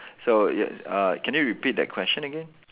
so ya uh can you repeat that question again